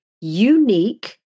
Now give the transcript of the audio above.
unique